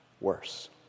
worse